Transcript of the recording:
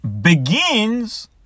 begins